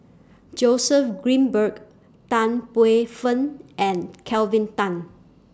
Joseph Grimberg Tan Paey Fern and Kelvin Tan